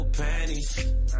panties